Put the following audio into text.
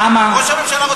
למה רק שלושת היישובים?